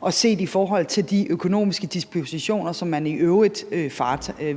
også set i forhold til de økonomiske dispositioner, man i øvrigt